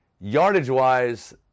yardage-wise